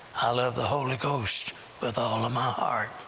i love the holy ghost with all of my heart.